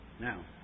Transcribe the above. Now